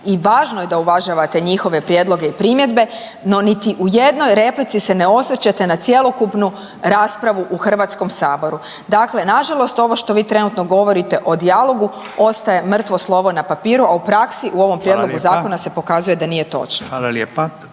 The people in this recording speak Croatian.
i važno je da uvažavate njihove prijedloge i primjedbe no niti u jednoj replici se ne osvrćete na cjelokupnu raspravu u Hrvatskom saboru. Dakle, nažalost ovo što vi trenutno govorite o dijalogu, ostaje mrtvo slovo na papiru a u praksi u ovom prijedlogu zakona se pokazuje da nije točno. **Radin,